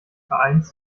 vereins